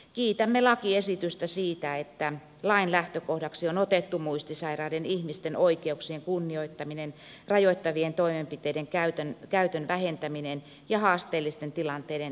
kiitämme lakiesitystä siitä että lain lähtökohdaksi on otettu muistisairaiden ihmisten oikeuksien kunnioittaminen rajoitta vien toimenpiteiden käytön vähentäminen ja haasteellisten tilanteiden ennakointi